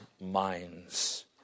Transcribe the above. minds